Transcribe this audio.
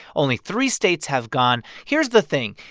only three states have gone. here's the thing.